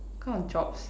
kind of jobs